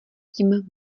tím